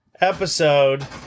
episode